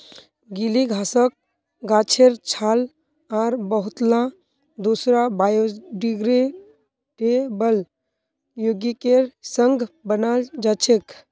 गीली घासक गाछेर छाल आर बहुतला दूसरा बायोडिग्रेडेबल यौगिकेर संग बनाल जा छेक